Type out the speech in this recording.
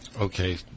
Okay